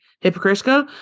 hypocritical